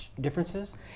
differences